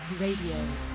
RADIO